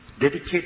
dedicated